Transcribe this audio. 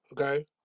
Okay